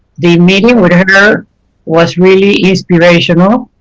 the meeting with her was really inspirational.